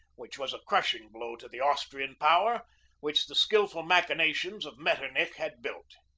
which was a crushing blow to the austrian power which the skilful machinations of metternich had built.